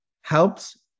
helps